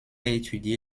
étudié